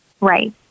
Right